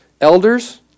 Elders